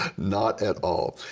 not at all.